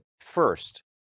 First